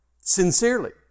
sincerely